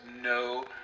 no